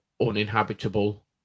uninhabitable